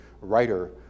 writer